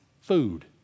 food